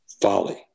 folly